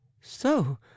So